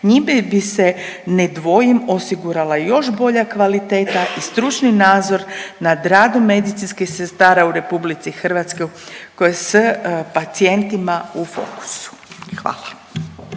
Njime bi se ne dvojim osigurala još bolja kvaliteta i stručni nadzor nad radom medicinskih sestara u Republici Hrvatskoj koje s pacijentima u fokusu. Hvala.